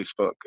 Facebook